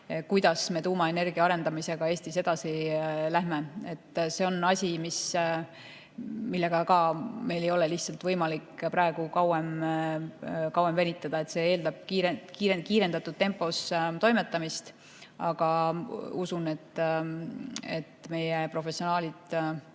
kuidas me tuumaenergia arendamisega Eestis edasi läheme. See on asi, millega meil ei ole lihtsalt võimalik praegu kauem venitada, see eeldab kiirendatud tempos toimetamist. Aga usun, et meie professionaalid